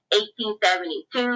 1872